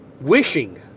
wishing